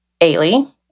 Ailey